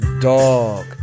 dog